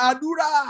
Adura